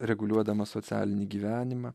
reguliuodamas socialinį gyvenimą